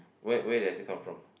where where does it come from